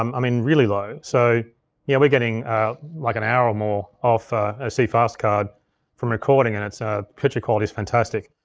um i mean, really low. so yeah we're getting like an hour or more off a cfast card from recording and its ah picture quality is fantastic.